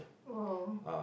!wow!